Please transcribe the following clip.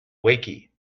wakey